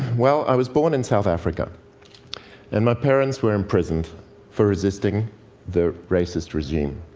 well, i was born in south africa and my parents were imprisoned for resisting the racist regime.